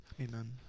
Amen